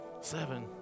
seven